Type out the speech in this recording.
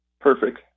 Perfect